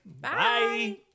bye